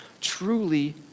truly